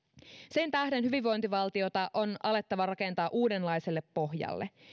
sen tähden hyvinvointivaltiota on alettava rakentaa uudenlaiselle pohjalle